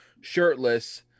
shirtless